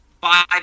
five